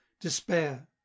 despair